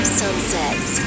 sunsets